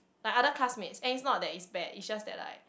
like other classmates and is not that it's bad is just that like